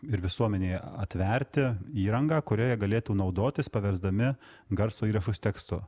ir visuomenėje atverti įrangą kuria jie galėtų naudotis paversdami garso įrašus tekstu